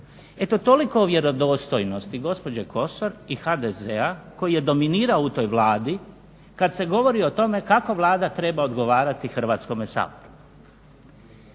Eto toliko o vjerodostojnosti gospođe Kosor i HDZ-a koji je dominirao u toj Vladi kad se govori o tome kako Vlada treba odgovarati Hrvatskome saboru.